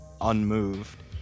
unmoved